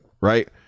right